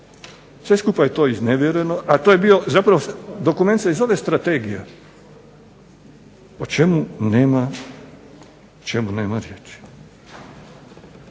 Sve skupa je to iznevjereno, a to je bio zapravo dokument se i zove strategija o čemu nema riječi.